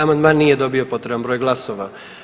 Amandman nije dobio potreban broj glasova.